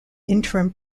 interim